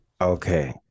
Okay